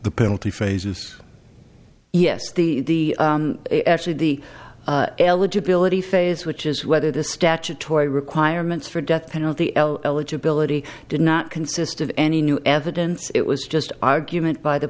the penalty phase yes the actually the eligibility phase which is whether the statutory requirements for death penalty eligibility did not consist of any new evidence it was just argument by the